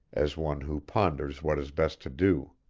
as one who ponders what is best to do.